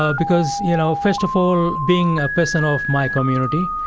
ah because you know first of all, being a person of my community,